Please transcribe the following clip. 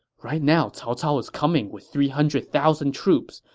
right now cao cao is coming with three hundred thousand troops,